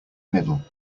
middle